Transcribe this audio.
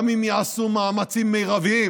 גם אם ייעשו מאמצים מרביים